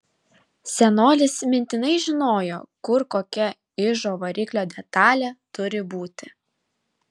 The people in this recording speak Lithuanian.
senolis mintinai žinojo kur kokia ižo variklio detalė turi būti